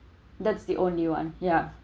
that's the only one ya